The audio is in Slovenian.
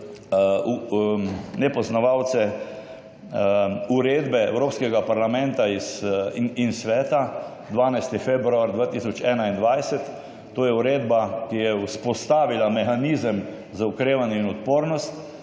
nepoznavalce uredbe Evropskega parlamenta in Sveta, 12. februar 2021. To je uredba, ki je vzpostavila mehanizem za okrevanje in odpornost.